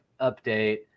update